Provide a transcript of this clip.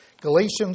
Galatians